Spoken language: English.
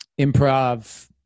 improv